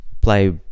play